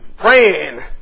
praying